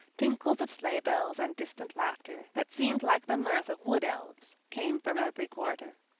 tinkles of sleigh bells and distant laughter, that seemed like the mirth of wood elves, came from every quarter.